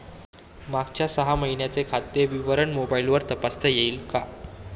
मागच्या सहा महिन्यांचे खाते विवरण मोबाइलवर तपासता येईल का?